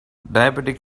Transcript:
diabetics